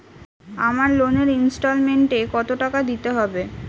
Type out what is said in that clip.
আমার লোনের ইনস্টলমেন্টৈ কত টাকা দিতে হবে?